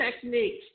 techniques